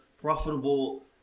profitable